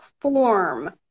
form